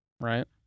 right